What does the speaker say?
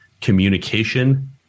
communication